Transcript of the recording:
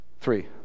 three